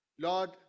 Lord